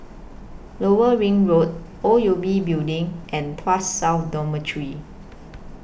Lower Ring Road O U B Building and Tuas South Dormitory